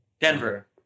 Denver